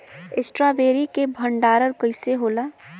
Strawberry के भंडारन कइसे होला?